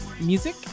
Music